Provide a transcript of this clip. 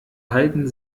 halten